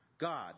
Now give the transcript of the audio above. God